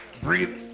Breathe